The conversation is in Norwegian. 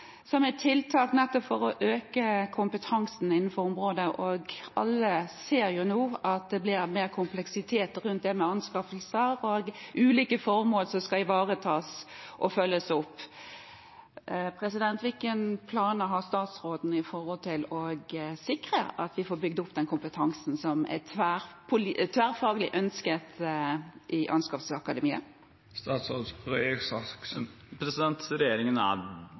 som et tiltak for å øke kompetansen på området. Alle ser at det blir mer kompleksitet rundt det med anskaffelser – det er ulike formål som skal ivaretas og følges opp. Hvilke planer har statsråden når det gjelder å sikre at vi får bygd opp den kompetansen som er tverrfaglig ønsket i Anskaffelsesakademiet? Regjeringen er